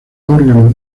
órgano